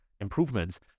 improvements